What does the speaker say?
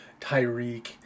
Tyreek